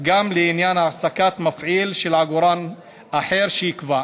גם לעניין העסקת מפעיל של עגורן אחר שיקבע.